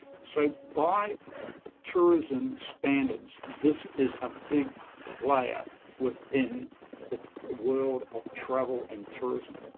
so, by tourism standards, this is a big player within the world of travel and tourism.